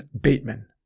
Bateman